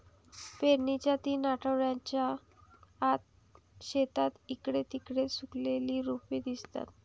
पेरणीच्या तीन आठवड्यांच्या आत, शेतात इकडे तिकडे सुकलेली रोपे दिसतात